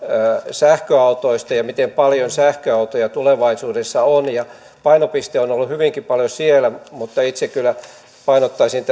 sähköautoista ja siitä miten paljon sähköautoja tulevaisuudessa on ja painopiste on on ollut hyvinkin paljon siellä mutta itse kyllä painottaisin